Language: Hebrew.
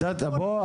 בוא,